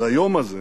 ליום הזה,